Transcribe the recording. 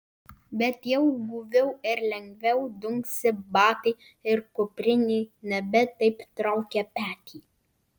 bet jau guviau ir lengviau dunksi batai ir kuprinė nebe taip traukia petį